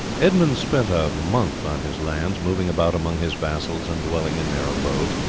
edmund spent a month on his lands, moving about among his vassals and dwelling in their abodes.